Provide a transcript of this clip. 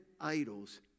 idols